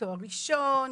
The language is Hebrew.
תואר ראשון,